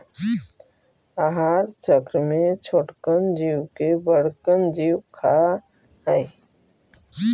आहार चक्र में छोटकन जीव के बड़कन जीव खा हई